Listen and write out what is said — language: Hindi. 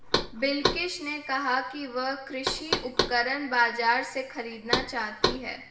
बिलकिश ने कहा कि वह कृषि उपकरण बाजार से खरीदना चाहती है